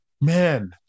Man